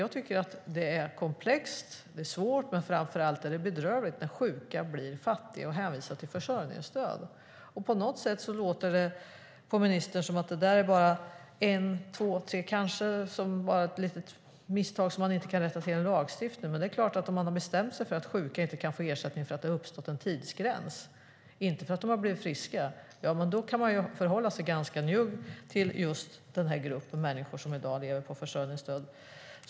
Jag tycker att det är komplext och svårt men framför allt bedrövligt när sjuka blir fattiga och hänvisade till försörjningsstöd. På något sätt låter det på ministern som att det bara är en eller två, kanske tre, att det bara är ett litet misstag som man inte kan rätta till genom lagstiftning. Men det är klart att om man bestämt sig för att sjuka inte kan få ersättning för att de har passerat en tidsgräns, inte för att de har blivit friska, kan man förhålla sig ganska njugg till denna grupp av människor som i dag lever på försörjningsstöd.